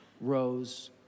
rose